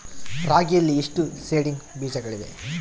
ರಾಗಿಯಲ್ಲಿ ಎಷ್ಟು ಸೇಡಿಂಗ್ ಬೇಜಗಳಿವೆ?